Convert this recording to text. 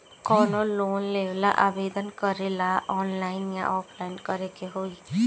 कवनो लोन लेवेंला आवेदन करेला आनलाइन या ऑफलाइन करे के होई?